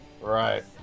Right